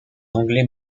anglais